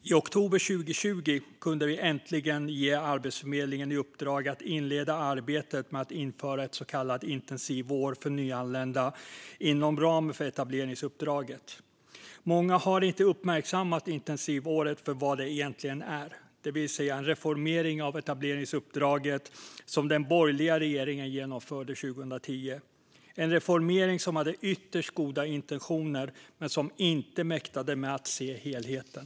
I oktober 2020 kunde vi äntligen ge Arbetsförmedlingen i uppdrag att inleda arbetet med att införa ett så kallat intensivår för nyanlända inom ramen för etableringsuppdraget. Många har inte uppmärksammat intensivåret för vad det egentligen är, det vill säga en reformering av det etableringsuppdrag som den borgerliga regeringen genomförde 2010. Det var en reform som hade ytterst goda intentioner men som inte mäktade med att se helheten.